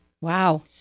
Wow